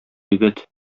егет